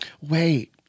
wait